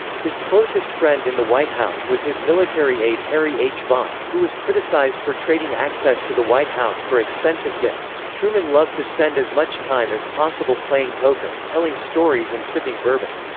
his closest friend in the white house was his military aide harry h. vaughan, who was criticized for trading access to the white house for expensive gifts truman loved to spend as much time as possible playing poker, telling stories and sipping bourbon.